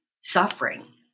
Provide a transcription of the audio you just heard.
suffering